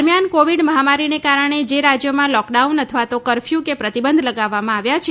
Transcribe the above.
દરમ્યાન કોવિડ મહામારીને કારણે જે રાજ્યોમાં લોકડાઉન અથવા તો કરફયું કે પ્રતિબંધ લગાવામાં આવ્યા છે